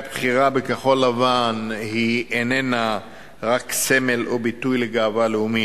הבחירה בכחול-לבן אינה רק סמל או ביטוי לגאווה לאומית,